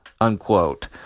unquote